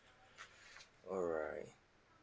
alright